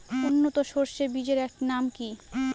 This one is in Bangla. উন্নত সরষে বীজের একটি নাম কি?